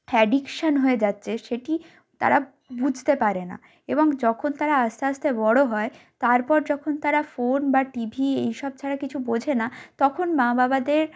addiction হয়ে যাচ্ছে সেটি তারা বুঝতে পারে না এবং যখন তারা আস্তে আস্তে বড়ো হয় তারপর যখন তারা ফোন বা টিভি এইসব ছাড়া কিছু বোঝে না তখন মা বাবাদের